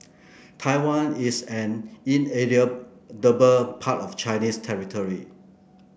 Taiwan is an inalienable part of Chinese territory